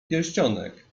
pierścionek